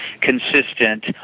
consistent